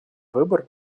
выбор